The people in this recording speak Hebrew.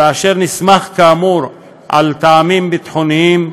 ואשר נסמך כאמור על טעמים ביטחוניים,